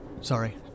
Sorry